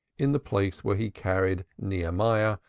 in the place where he carried nehemiah,